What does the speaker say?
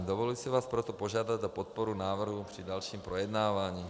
Dovoluji si vás proto požádat o podporu návrhu při dalším projednávání.